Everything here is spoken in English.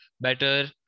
better